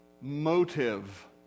motive